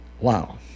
Wow